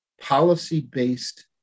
policy-based